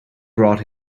brought